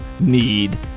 need